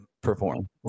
perform